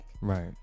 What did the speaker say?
Right